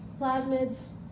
plasmids